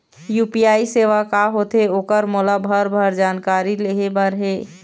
UPI सेवा का होथे ओकर मोला भरभर जानकारी लेहे बर हे?